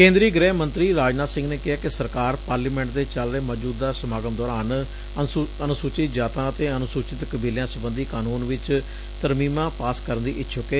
ਕੇਦਰੀ ਗੁਹਿ ਮੰਤਰੀ ਰਾਜਨਾਥ ਸਿੰਘ ਨੇ ਕਿਹੈ ਕਿ ਸਰਕਾਰ ਪਾਰਲੀਮੈਟ ਦੇ ਚਲ ਰਹੇ ਮੌਜੁਦਾ ਸਮਾਗਮ ਦੌਰਾਨ ਅਨੁਸੁਚਿਤ ਜਾਤਾ ਅਤੇ ਅਨੁਸੁਚਿਤ ਕਬੀਲਿਆਂ ਸਬੰਧੀ ਕਾਨੂੰਨ ਚ ਤਰਮੀਮਾਂ ਪਾਸ ਕਰਨ ਦੀ ਇਛੁੱਕ ਏ